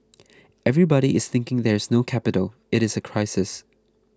everybody is thinking there is no capital it is a crisis